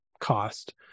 cost